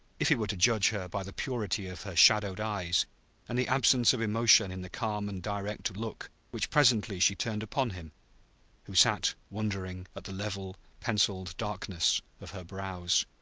if he were to judge her by the purity of her shadowed eyes and the absence of emotion in the calm and direct look which presently she turned upon him who sat wondering at the level, penciled darkness of her brows.